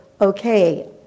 okay